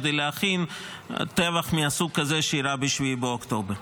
כדי להכין טבח מסוג כזה שאירע ב-7 באוקטובר.